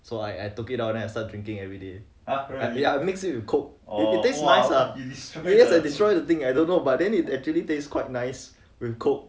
so I I took it out then I start drinking everyday ya I mix it with coke it taste nice lah !yay! I destroy the thing I don't know but then it actually taste quite nice with coke